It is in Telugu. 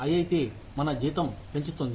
ఐఐటీ మన జీతం పెంచుతుంది